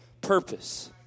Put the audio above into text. purpose